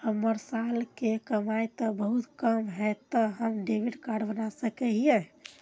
हमर साल के कमाई ते बहुत कम है ते हम डेबिट कार्ड बना सके हिये?